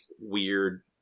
weird